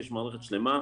יש מערכת שלמה.